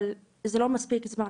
אבל זה לא מספיק זמן.